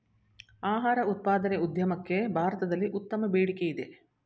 ಆಹಾರ ಉತ್ಪಾದನೆ ಉದ್ಯಮಕ್ಕೆ ಭಾರತದಲ್ಲಿ ಉತ್ತಮ ಬೇಡಿಕೆಯಿದೆ